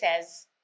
says